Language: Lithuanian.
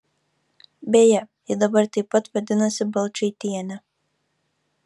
beje ji dabar taip pat vadinasi balčaitiene